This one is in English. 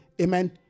amen